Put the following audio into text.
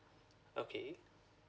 okay